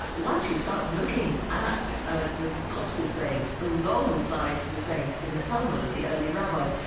but once you start looking at at the gospel sayings alongside the sayings in the talmud of the early rabbis,